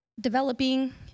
developing